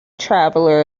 traveller